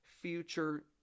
future